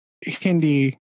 Hindi